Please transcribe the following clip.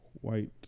white